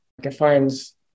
defines